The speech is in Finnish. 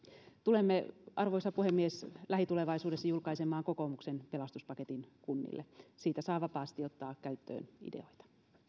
tulemme arvoisa puhemies lähitulevaisuudessa julkaisemaan kokoomuksen pelastuspaketin kunnille siitä saa vapaasti ottaa käyttöön ideoita